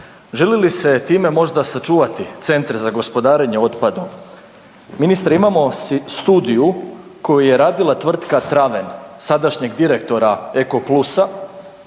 Želi li se time možda sačuvati centre za gospodarenje otpadom? Ministre, imamo studiju koju je radila tvrtka TRAVEN, sadašnjeg direktora EKOPLUS-a